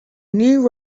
new